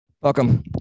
Welcome